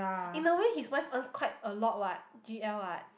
in a way his wife earns quite a lot what G L what